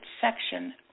section